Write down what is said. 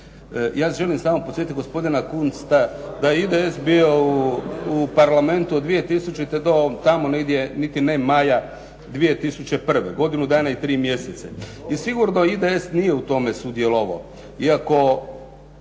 ja želim samo podsjetit gospodina Kunsta da je IDS bio u Parlamentu od 2000. do tamo negdje niti ne maja 2001., godinu dana i tri mjeseca i sigurno IDS nije u tome sudjelovao. I ako